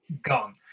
Gone